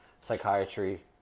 psychiatry